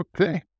okay